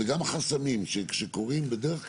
וגם החסמים שקורים בדרך כלל,